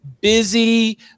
busy